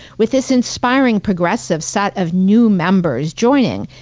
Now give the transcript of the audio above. with this inspiring progressive set of new members joining,